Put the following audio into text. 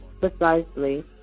precisely